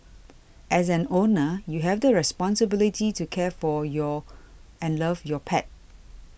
as an owner you have the responsibility to care for your and love your pet